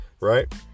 right